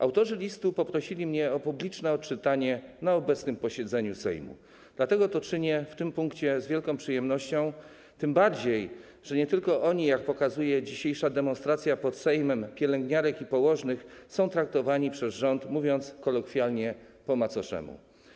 Autorzy listu poprosili mnie o publiczne odczytanie go na obecnym posiedzeniu Sejmu, dlatego to czynię w tym punkcie z wielką przyjemnością, tym bardziej że nie tylko oni, jak pokazuje dzisiejsza demonstracja przed Sejmem pielęgniarek i położnych, są traktowani przez rząd, mówiąc kolokwialnie, po macoszemu.